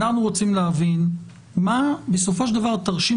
אנחנו רוצים להבין מה בסופו של דבר תרשים